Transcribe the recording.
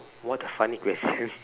what a funny question